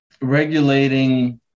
regulating